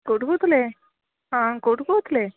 କେଉଁଠୁ କହୁଥିଲେ ହଁ କେଉଁଠୁ କହୁଥିଲେ